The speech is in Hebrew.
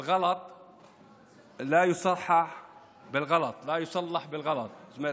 (אומר בערבית ומתרגם:) זאת אומרת,